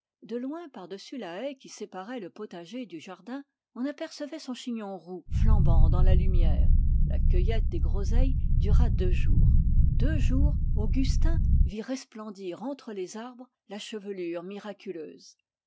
de loin par-dessus la haie qui séparait le potager du jardin on apercevait son chignon roux flambant dans la lumière la cueillette des groseilles dura deux jours deux jours augustin vit resplendir entre les arbres la chevelure miraculeuse